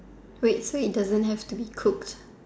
wait so it doesn't have to be cooked